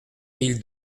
mille